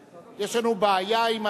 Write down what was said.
יש לנו בעיה עם הצלצול,